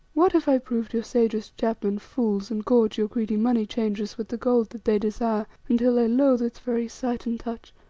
what if i proved your sagest chapmen fools, and gorge your greedy moneychangers with the gold that they desire until they loathe its very sight and touch?